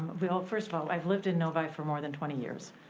well, first of all, i've lived in novi for more than twenty years.